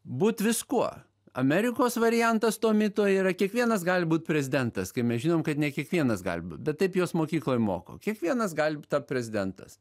būt viskuo amerikos variantas to mito yra kiekvienas gali būt prezidentas kai mes žinom kad ne kiekvienas gali būt bet taip juos mokykloj moko kiekvienas gali tapt prezidentas